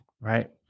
Right